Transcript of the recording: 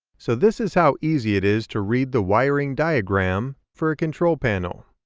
so this is how easy it is to read the wiring diagram for a control panel.